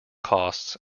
costs